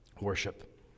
worship